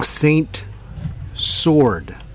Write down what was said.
Saint-Sword